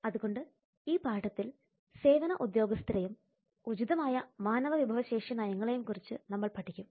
അതുകൊണ്ട് ഈ പാഠത്തിൽ സേവന ഉദ്യോഗസ്ഥരെയും ഉചിതമായ മാനവവിഭവശേഷി നയങ്ങളെയും കുറിച്ച് നമ്മൾ പഠിക്കും